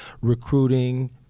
recruiting